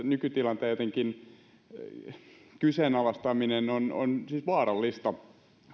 nykytilanteen kyseenalaistaminen on on siis vaarallista